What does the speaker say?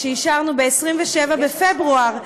שאישרנו ב-27 בפברואר,